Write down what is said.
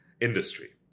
industry